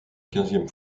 quinzième